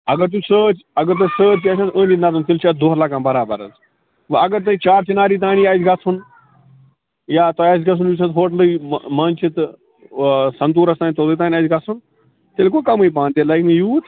اَگر تُہۍ سۭتۍ اگر تۄہہِ سۭتۍ آسٮ۪و تیٚلہِ چھُ اَتھ دۄہ لگان برابر حظ وۅنۍ اگر تُہۍ چار چِناری تانی آسہِ گژھُن یا تۄہہِ آسہِ گژھُن یُس حظ ہوٹلٕے منٛز چھِ تہٕ سَنطوٗرس تانۍ توٚتٕے تانۍ آسہِ گژھُن تیٚلہِ گوٚو کَمٕے پہن تیٚلہِ لَگہِ نہٕ یوٗت